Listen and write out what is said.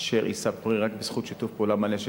אשר יישא פרי רק בזכות שיתוף פעולה מלא של